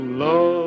love